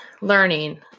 learning